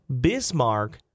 Bismarck